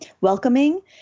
welcoming